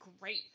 great